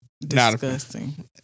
disgusting